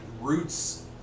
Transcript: roots